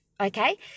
Okay